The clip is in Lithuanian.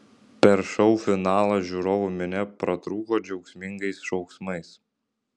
per šou finalą žiūrovų minia pratrūko džiaugsmingais šauksmais